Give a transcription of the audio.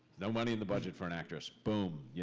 no money in the budget for an actress. boom. yeah